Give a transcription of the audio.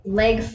leg